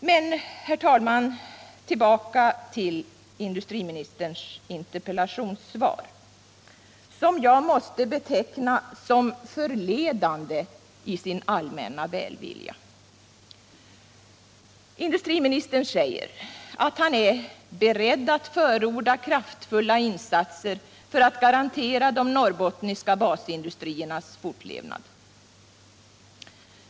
Men, herr talman, tillbaka till industriministerns interpellationssvar som jag måste beteckna som förledande i sin allmänna välvilja. Han säger att han är ”beredd att förorda kraftfulla insatser för att garantera de norrbottniska basindustriernas fortlevnad”.